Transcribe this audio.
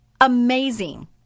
amazing